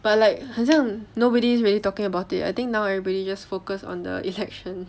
but like 很像 nobody's really talking about it I think now everybody just focus on the election